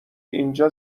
اینجا